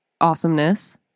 awesomeness